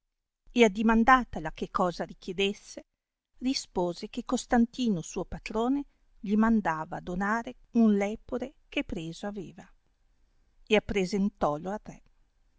sua e addimandatala che cosa richiedesse rispose che costantino suo patrone gli mandava donare un lepore che preso aveva e appresentòlo al re il